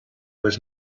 was